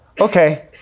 okay